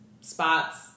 spots